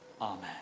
Amen